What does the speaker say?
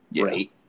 right